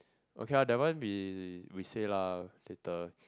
okay lor that one we we say lah later